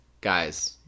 guys